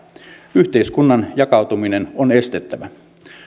yhteiskunnan jakautuminen on estettävä